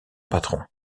patron